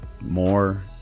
more